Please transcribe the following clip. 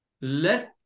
let